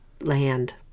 land